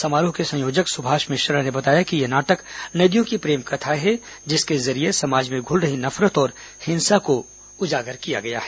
समारोह के संयोजक सुभाष मिश्रा ने बताया कि यह नाटक नदियों की प्रेम कथा है जिसके जरिये समाज में घुल रही नफरत और हिंसा को उजागर किया गया है